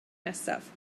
nesaf